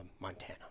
Montana